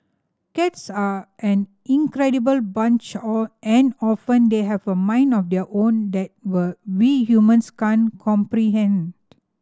cats are an incredible bunch or and often they have a mind of their own that were we humans can't comprehend